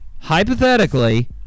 hypothetically